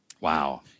Wow